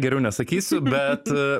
geriau nesakysiu bet